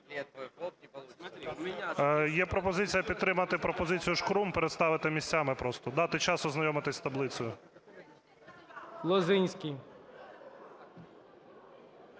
Є пропозиція підтримати пропозицію Шкрум. Переставити місцями просто, дати час ознайомитись з таблицею. ГОЛОВУЮЧИЙ.